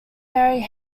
mary